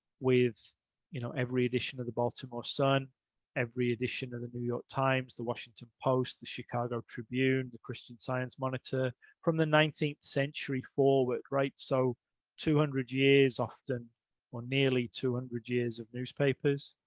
with you know every edition of the baltimore sun every edition of the new york times, the washington post. the chicago tribune, the christian science monitor from the nineteenth century forward right so two hundred years often or nearly two hundred years of newspapers.